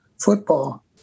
football